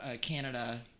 Canada